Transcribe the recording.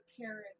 parents